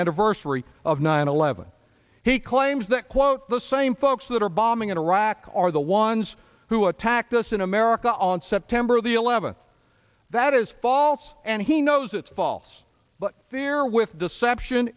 anniversary of nine eleven he claims that quote the same folks that are bombing in iraq are the ones who attacked us in america on september the eleventh that is false and he knows it's false but fear with deception